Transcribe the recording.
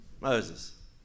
Moses